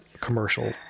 commercial